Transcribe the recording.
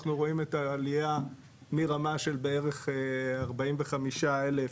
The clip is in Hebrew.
אנחנו רואים את העלייה מרמה של בערך 45 אלף,